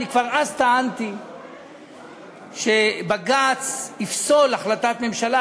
ואני כבר אז טענתי שבג"ץ יפסול החלטת ממשלה,